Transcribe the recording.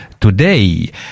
today